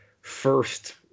first